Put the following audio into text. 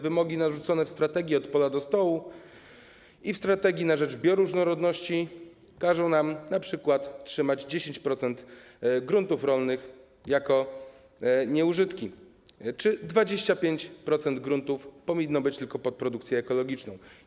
Wymogi narzucone w strategii: od pola do stołu i w strategii na rzecz bioróżnorodności każą nam np. trzymać 10% gruntów rolnych jako nieużytki czy stanowią, że 25% gruntów powinno być przeznaczone tylko pod produkcję ekologiczną.